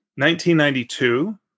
1992